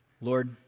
Lord